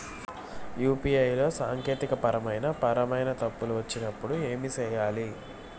UPI లో సాంకేతికపరమైన పరమైన తప్పులు వచ్చినప్పుడు ఏమి సేయాలి